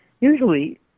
usually